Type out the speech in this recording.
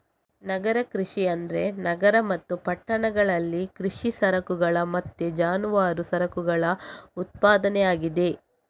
ನಗರ ಕೃಷಿ ಅಂದ್ರೆ ನಗರ ಮತ್ತು ಪಟ್ಟಣಗಳಲ್ಲಿ ಕೃಷಿ ಸರಕುಗಳ ಮತ್ತೆ ಜಾನುವಾರು ಸರಕುಗಳ ಉತ್ಪಾದನೆ ಆಗಿದೆ